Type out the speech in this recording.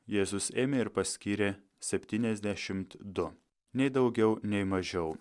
jėzus ėmė ir paskyrė septyniasdešimt du nei daugiau nei mažiau